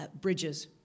bridges